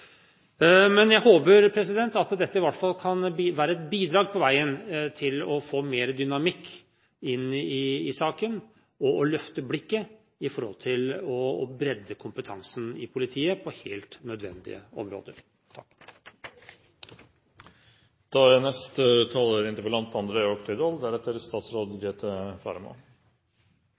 men heller ser tilbake. Jeg håper at dette i hvert fall kan være et bidrag på veien til å få mer dynamikk inn i saken og å løfte blikket for å øke kompetansen i politiet på helt nødvendige områder. Jeg oppfatter i hvert fall at de fleste er